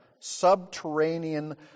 subterranean